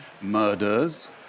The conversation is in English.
murders